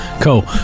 Cool